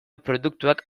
produktuak